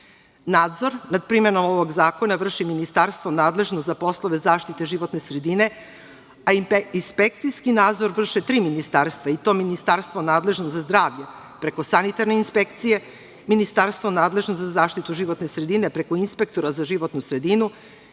Nadzor nad primenomovog zakona vrši Ministarstvo nadležno za poslove zaštite životne sredine, a inspekcijski nadzor vrše tri ministarstva, i to: Ministarstvo nadležno za zdravlje preko sanitarne inspekcije, Ministarstvo nadležno za zaštitu životne sredine preko inspektora za životnu sredinu